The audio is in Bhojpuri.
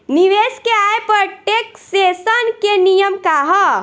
निवेश के आय पर टेक्सेशन के नियम का ह?